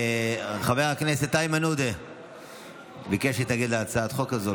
חבר הכנסת איימן עודה ביקש להתנגד להצעת החוק הזו.